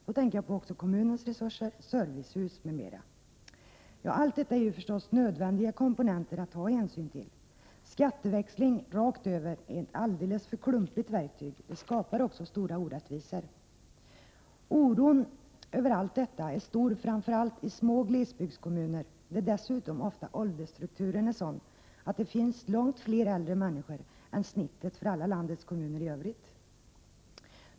Då tänker jag även på kommunens resurser, servicehus m.m. Allt detta är förstås nödvändiga komponenter att ta hänsyn till. Skatteväxling rakt över är ett alldeles för klumpigt verktyg som också skapar stora orättvisor. Oron över allt detta är stor framför allt i små glesbygdskommuner, där åldersstrukturen dessutom ofta är sådan att det finns långt fler äldre människor än genomsnittligt i landets övriga kommuner.